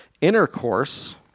intercourse